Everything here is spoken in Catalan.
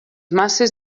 masses